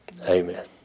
Amen